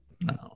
No